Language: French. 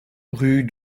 rue